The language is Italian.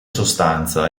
sostanza